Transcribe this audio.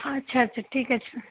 আচ্ছা আচ্ছা ঠিক আছে